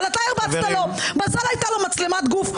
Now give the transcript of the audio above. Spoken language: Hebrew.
על הסתה לרצח, על הסתה לג'נוסייד,